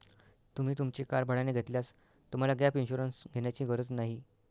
तुम्ही तुमची कार भाड्याने घेतल्यास तुम्हाला गॅप इन्शुरन्स घेण्याची गरज नाही